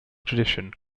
tradition